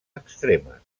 extremes